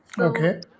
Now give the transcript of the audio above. Okay